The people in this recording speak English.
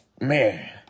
man